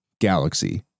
galaxy